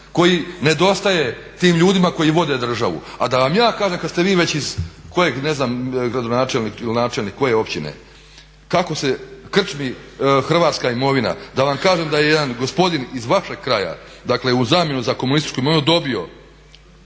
koji nedostaje tim ljudima koji vode državu. A da vam ja kažem kad ste vi već iz ne znam kojeg gradonačelnik ili načelnik koje općine kako se krčmi hrvatska imovina, da vam kažem da je jedan gospodin iz vašeg kraja dakle u zamjenu za komunističku imovinu dobio